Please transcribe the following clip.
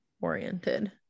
oriented